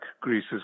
Greece's